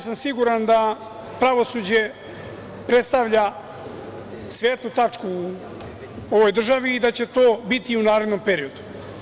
Siguran sam da pravosuđe predstavlja svetlu tačku u ovoj državi i da će to biti u narednom periodu.